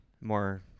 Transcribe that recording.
more